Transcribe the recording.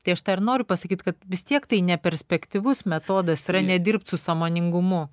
tai aš tą ir noriu pasakyt kad vis tiek tai ne perspektyvus metodas yra nedirbtisu sąmoningumu